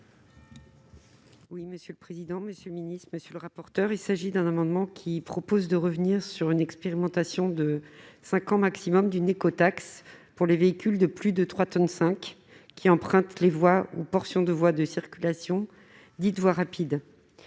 Oui, monsieur le président, monsieur le ministre, monsieur le rapporteur, il s'agit d'un amendement qui propose de revenir sur une expérimentation de 5 ans maximum d'une éco-taxe pour les véhicules de plus de 3 tonnes 5 qui empruntent les voies ou portions de voies de circulation dite voie rapide,